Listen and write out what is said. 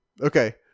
Okay